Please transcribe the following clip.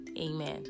amen